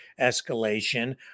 escalation